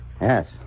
Yes